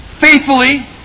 faithfully